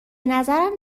نظرم